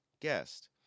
guest